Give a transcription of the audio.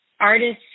artists